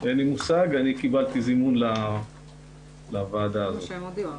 אין לי מושג, אני קיבלתי זימון לוועדה הזאת.